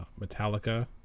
Metallica